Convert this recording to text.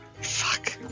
Fuck